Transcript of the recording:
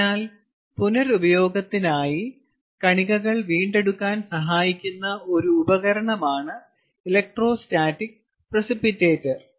അതിനാൽ പുനരുപയോഗത്തിനായി കണികകൾ വീണ്ടെടുക്കാൻ സഹായിക്കുന്ന ഒരു ഉപകരണമാണ് ഇലക്ട്രോസ്റ്റാറ്റിക് പ്രിസിപിറ്റേറ്റർ